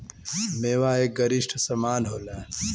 मेवा एक गरिश्ट समान होला